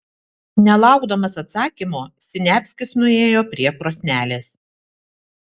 nelaukdamas atsakymo siniavskis nuėjo prie krosnelės